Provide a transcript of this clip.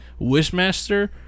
Wishmaster